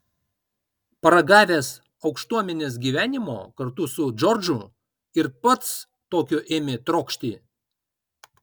paragavęs aukštuomenės gyvenimo kartu su džordžu ir pats tokio ėmė trokšti